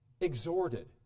exhorted